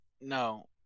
no